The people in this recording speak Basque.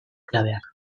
klabeak